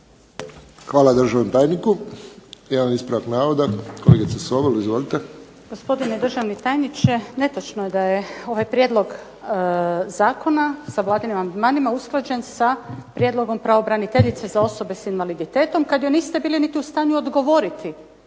Hvala, državnom tajniku.